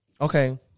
okay